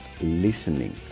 listening